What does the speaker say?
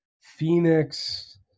Phoenix